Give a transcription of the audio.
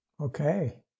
Okay